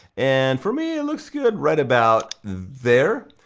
and for me it looks good right about there.